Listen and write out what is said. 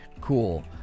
cool